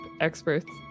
experts